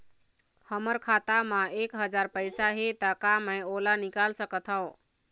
हमर खाता मा एक हजार पैसा हे ता का मैं ओला निकाल सकथव?